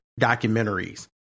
documentaries